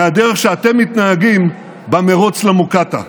מהדרך שאתם מתנהגים במרוץ למוקטעה.